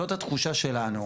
זאת התחושה שלנו.